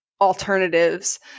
alternatives